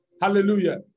Hallelujah